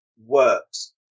works